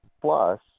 plus